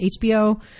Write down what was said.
HBO